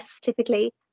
typically